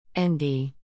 nd